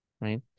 right